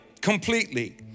completely